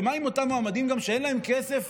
ומה עם אותם מועמדים שאין להם כסף